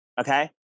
okay